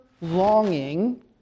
longing